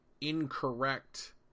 incorrect